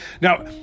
Now